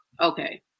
Okay